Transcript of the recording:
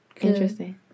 interesting